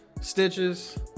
stitches